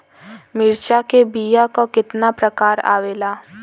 मिर्चा के बीया क कितना प्रकार आवेला?